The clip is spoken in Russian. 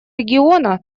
региона